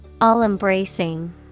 all-embracing